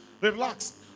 Relax